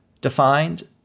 defined